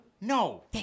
no